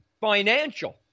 financial